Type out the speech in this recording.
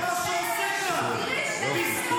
היושב-ראש --- חבר הכנסת,